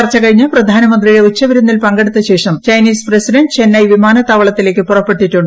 ചർച്ച കഴിഞ്ഞ് പ്രധാനമന്ത്രിയുടെ ഉച്ചവിരുന്നിൽ പങ്കെടുത്ത ശേഷം ചൈനീസ് പ്രസിഡന്റ് ചെന്നൈ വിമാനത്താവളത്തിലേക്ക് പുറപ്പെട്ടിട്ടുണ്ട്